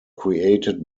created